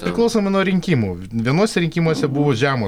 priklausomai nuo rinkimų vienuose rinkimuose buvo žemo